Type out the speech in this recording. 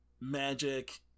magic